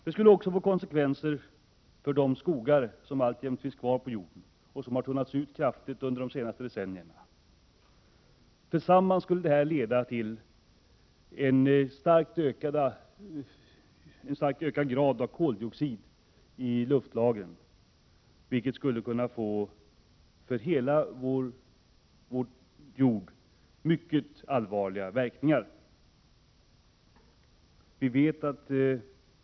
Det skulle också få konsekvenser för jordens skogar som redan tunnats ut kraftigt under de senaste decennierna. Sammantaget skulle resultatet bli en starkt ökad mängd koldioxid och kolmonoxid i luftlagren, vilket kunde få för hela vår jord mycket allvarliga verkningar.